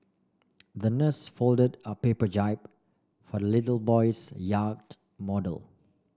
the nurse folded a paper jib for little boy's yacht model